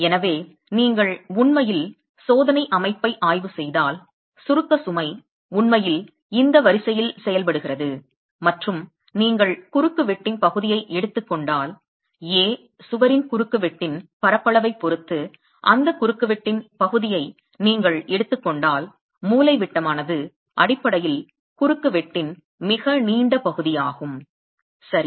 எனவே நீங்கள் உண்மையில் சோதனை அமைப்பை ஆய்வு செய்தால் சுருக்க சுமை உண்மையில் இந்த வரிசையில் செயல்படுகிறது மற்றும் நீங்கள் குறுக்குவெட்டின் பகுதியை எடுத்துக் கொண்டால் A சுவரின் குறுக்குவெட்டின் பரப்பளவைப் பொறுத்து அந்த குறுக்குவெட்டின் பகுதியை நீங்கள் எடுத்துக் கொண்டால் மூலைவிட்டமானது அடிப்படையில் குறுக்குவெட்டின் மிக நீண்ட பகுதியாகும் சரி